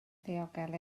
ddiogel